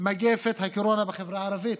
מגפת הקורונה בחברה הערבית,